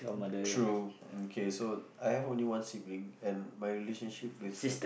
true okay so I have only one sibling and my relationship with her